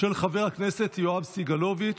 של חבר הכנסת יואב סגלוביץ'.